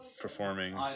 performing